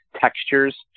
textures